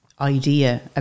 idea